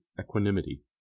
equanimity